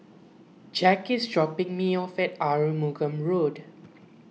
Jack is dropping me off at Arumugam Road